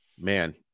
man